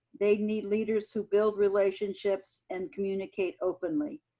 they need leaders who build relationships and communicate openly.